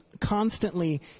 constantly